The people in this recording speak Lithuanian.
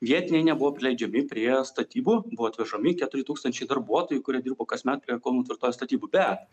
vietiniai nebuvo prileidžiami prie statybų buvo atvežami keturi tūkstančiai darbuotojų kurie dirbo kasmet prie kauno tvirtovės statybų bet